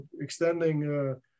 extending